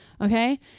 okay